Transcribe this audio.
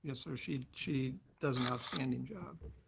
yes, sir, she she does an outstanding job.